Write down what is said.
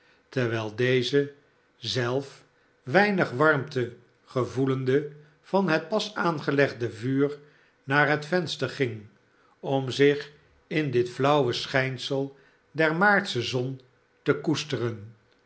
terwijl deze zelf weinig warmte gevoelende van het pas aangelegde vuur naar het venster ging om zich in dit flauwe schijnsel der maartsche zon te koesteren